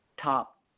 top